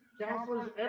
counselors